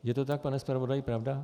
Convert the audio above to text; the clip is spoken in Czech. Je to tak, pane zpravodaji, pravda?